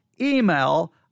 email